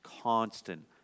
constant